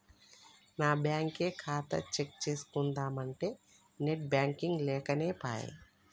నా బ్యేంకు ఖాతా చెక్ చేస్కుందామంటే నెట్ బాంకింగ్ లేకనేపాయె